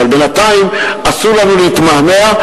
אבל בינתיים אסור לנו להתמהמה,